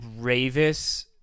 Ravis